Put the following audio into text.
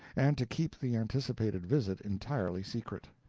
and to keep the anticipated visit entirely secret.